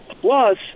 plus